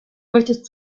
möchtest